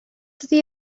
that